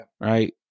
Right